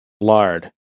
Lard